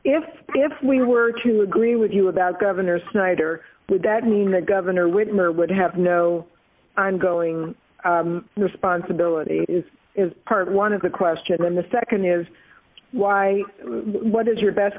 if we were to agree with you about governor snyder would that mean that governor widmer would have no ongoing responsibility is is part one of the question in the nd is why what is your best